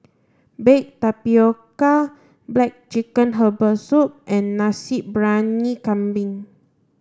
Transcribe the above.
baked tapioca black chicken herbal soup and Nasi Briyani Kambing